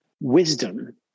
wisdom